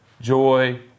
joy